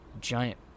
giant